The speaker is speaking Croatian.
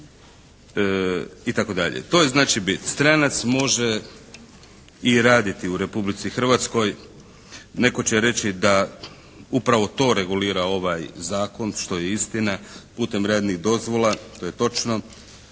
itd. To je znači bit. Stranac može i raditi u Republici Hrvatskoj, netko će reći da upravo to regulira ovaj Zakon, što je istina, putem radnih dozvola, to je točno.